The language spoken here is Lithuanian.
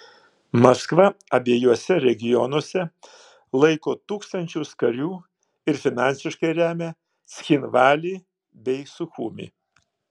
maskva abiejuose regionuose laiko tūkstančius karių ir finansiškai remia cchinvalį bei suchumį